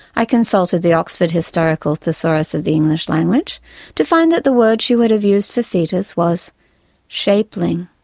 i consulted the oxford historical thesaurus of the english language to find that the word she would have used for fetus was shapling.